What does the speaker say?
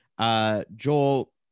Joel